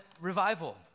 revival